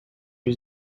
new